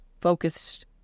focused